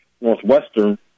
Northwestern